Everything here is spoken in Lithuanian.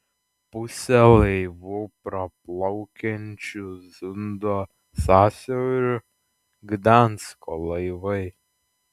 pusė laivų praplaukiančių zundo sąsiauriu gdansko laivai